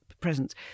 presence